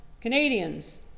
Canadians